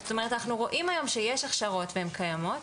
זאת אומרת אנחנו רואים היום שיש הכשרות והן קיימות,